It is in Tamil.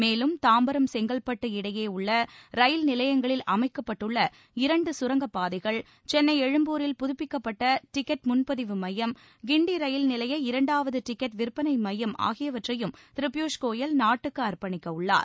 மேலும் தாம்பரம் செங்கல்பட்டு எஇடையே உள்ள ரயில் நிலையங்களில் அமைக்கப்பட்டுள்ள இரண்டு கரங்கப்பாதைகள் சென்னை எழும்பூரில் புதப்பிக்கப்பட்ட டிக்கெட் முன்பதிவு மையம் கிண்டி இரண்டாவது டிக்கெட் ரயில் நிலைய திரு பியூஷ் கோயல் நாட்டுக்கு அர்ப்பணிக்க உள்ளார்